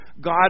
God